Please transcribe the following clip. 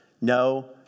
No